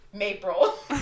April